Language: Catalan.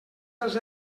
dels